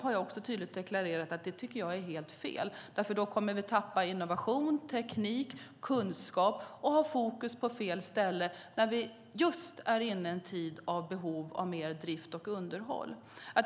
Jag har tydligt deklarerat att jag tycker att det är helt fel eftersom vi då kommer att förlora innovation, teknik och kunskap och ha fokus på fel ställe när vi just är inne i en tid av behov av mer drift och underhåll.